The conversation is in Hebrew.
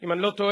אם אני לא טועה,